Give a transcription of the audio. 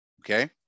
Okay